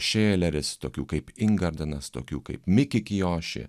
šėleris tokių kaip ingardanas tokių kaip miki kioši